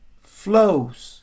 Flows